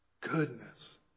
goodness